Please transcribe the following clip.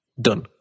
Done